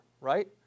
right